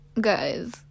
guys